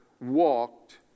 walked